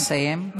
נא לסיים.